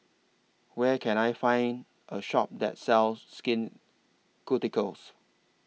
Where Can I Find A Shop that sells Skin Ceuticals